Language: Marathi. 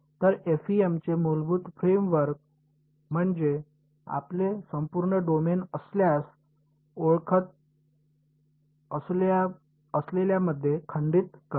तर एफईएमचे मूलभूत फ्रेम वर्क म्हणजे आपले संपूर्ण डोमेन आपल्यास ओळखत असलेल्यांमध्ये खंडित करणे